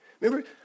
Remember